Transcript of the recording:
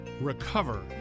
recover